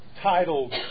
titled